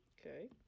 Okay